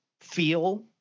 feel